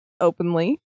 openly